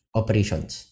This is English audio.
operations